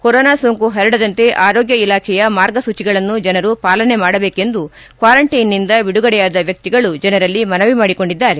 corona ಸೋಂಕು ಹರಡದಂತೆ ಆರೋಗ್ಯ ಇಲಾಖೆಯ ಮಾರ್ಗಸೂಚಿಗಳನ್ನು ಜನರು ಪಾಲನೆ ಮಾಡಬೇಕೆಂದು ಕ್ನಾರಂಟೈನ್ನಿಂದ ಬಿಡುಗಡೆಯಾದ ವ್ಯಕಿಗಳು ಜನರಲ್ಲಿ ಮನವಿ ಮಾಡಿಕೊಂಡಿದ್ದಾರೆ